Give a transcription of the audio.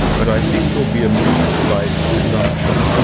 but i think you'll be amused by its presumption.